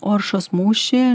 oršos mūšį